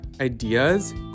ideas